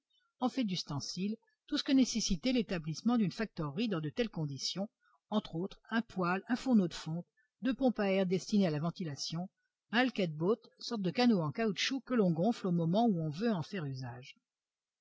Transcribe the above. en fait d'ustensiles tout ce que nécessitait l'établissement d'une factorerie dans de telles conditions entre autres un poêle un fourneau de fonte deux pompes à air destinées à la ventilation un halkett boat sorte de canot en caoutchouc que l'on gonfle au moment où on veut en faire usage